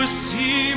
see